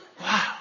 Wow